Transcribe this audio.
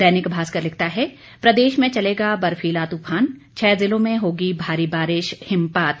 दैनिक भास्कर लिखता है प्रदेश में चलेगा बर्फीला तूफान छह जिलों में होगी भारी बारिश हिमपात